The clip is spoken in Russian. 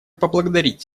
поблагодарить